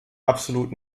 absolut